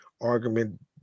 argument